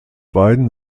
beiden